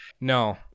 No